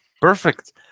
Perfect